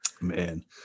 Man